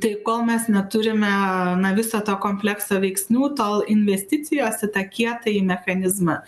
tai kol mes neturime na viso to komplekso veiksnių tol investicijos į tą kietąjį mechanizmą